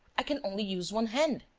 i can only use one hand.